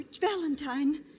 Valentine